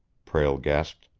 prale gasped.